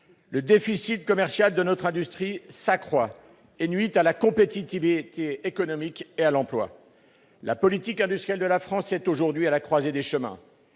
Le déficit commercial de notre industrie s'accroît et nuit à la compétitivité économique et à l'emploi. La politique industrielle de la France est aujourd'hui à la croisée des chemins.